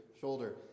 shoulder